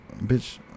bitch